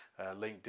LinkedIn